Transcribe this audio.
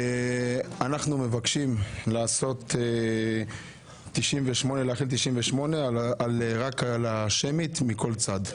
אנחנו מבקשים להחיל את סעיף 98 רק על השמית מכל צד.